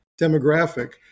demographic